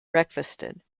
breakfasted